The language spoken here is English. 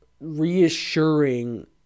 reassuring